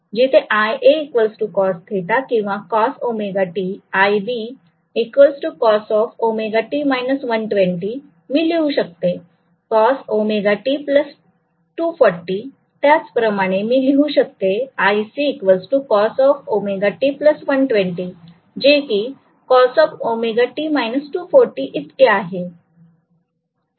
जिथे iA cosकिंवा cost iB cos मी लिहू शकते cost 240 त्याचप्रमाणे मी लिहू शकते iC cost 120 जे की cos इतके आहे